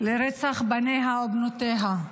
ברצח בניה ובנותיה.